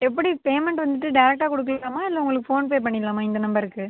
எப்படி பேமெண்ட்டு வந்துட்டு டேரெக்ட்டாக கொடுக்கலாமா இல்லை உங்களுக்கு ஃபோன்பே பண்ணிடலாமா இந்த நம்பருக்கு